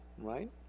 right